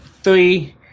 Three